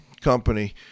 company